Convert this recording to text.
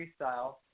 freestyle